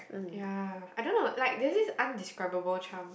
ya I don't know like there's this undescribable charm